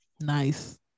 Nice